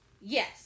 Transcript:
yes